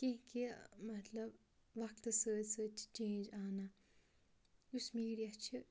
کینٛہہ کینٛہہ مطلب وقتَس سۭتۍ سۭتۍ چھِ چینٛج آنان یُس میٖڈیا چھِ